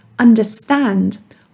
understand